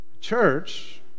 church